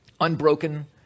unbroken